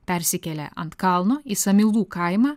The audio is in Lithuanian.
persikėlę ant kalno į samylų kaimą